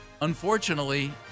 Unfortunately